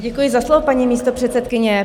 Děkuji za slovo, paní místopředsedkyně.